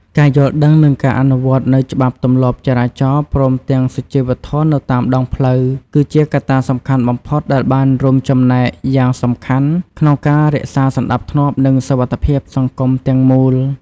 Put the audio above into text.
ការយល់ដឹងនិងការអនុវត្តនូវច្បាប់ទម្លាប់ចរាចរណ៍ព្រមទាំងសុជីវធម៌នៅតាមដងផ្លូវគឺជាកត្តាសំខាន់បំផុតដែលបានរួមចំណែកយ៉ាងសំខាន់ក្នុងការរក្សាសណ្តាប់ធ្នាប់និងសុវត្ថិភាពសង្គមទាំងមូល។